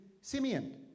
Simeon